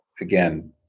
again